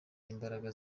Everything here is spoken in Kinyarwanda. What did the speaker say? imbaraga